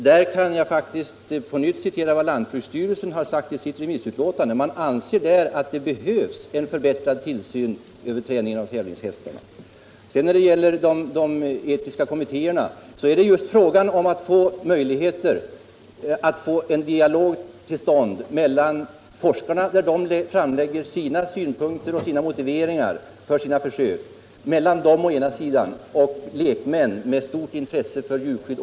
Herr talman! Beträffande det sista vill jag faktiskt på nytt framhålla att lantbruksstyrelsen i sitt remissutlåtande har sagt att det behövs en förbättrad tillsyn över träningen av tävlingshästar. När det gäller de etiska kommittéerna är det just fråga om att få till stånd en dialog mellan å ena sidan forskare, som får framlägga synpunkter på och motiveringar för sina försök, och å andra sidan lekmän med stort intresse för djurskydd.